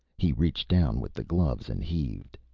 he reached down with the gloves and heaved.